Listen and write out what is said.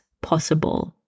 possible